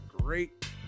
Great